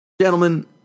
gentlemen